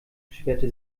beschwerte